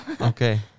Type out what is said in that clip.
Okay